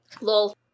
Lol